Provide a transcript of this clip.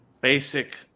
basic